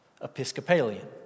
episcopalian